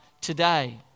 today